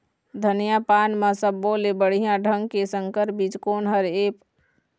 धनिया पान म सब्बो ले बढ़िया ढंग के संकर बीज कोन हर ऐप?